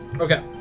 okay